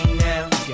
now